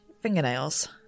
fingernails